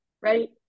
right